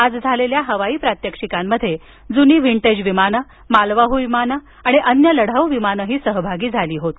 आज झालेल्या हवाई प्रात्यक्षिकांमध्ये जुनी विंटेज विमाने मालवाहू विमानं आणि अन्य लढाऊ विमानेही सहभागी झाली होती